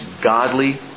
godly